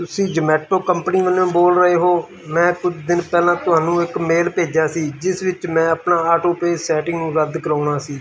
ਤੁਸੀਂ ਜਮੈਟੋ ਕੰਪਨੀ ਵੱਲੋਂ ਬੋਲ ਰਹੇ ਹੋ ਮੈਂ ਕੁਝ ਦਿਨ ਪਹਿਲਾਂ ਤੁਹਾਨੂੰ ਇੱਕ ਮੇਲ ਭੇਜਿਆ ਸੀ ਜਿਸ ਵਿੱਚ ਮੈਂ ਆਪਣਾ ਆਟੋ ਪੇ ਸੈਟਿੰਗ ਨੂੰ ਰੱਦ ਕਰਾਉਣਾ ਸੀ